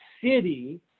city